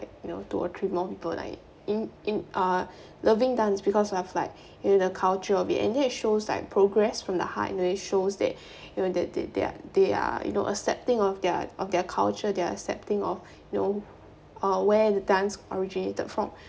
you know to attract more people in in uh loving dance because of like in the culture of it and that shows like progress from the heart you know that shows that th~ th~ they are they are you know accepting of their of their culture they are accepting of you know where the dance originated from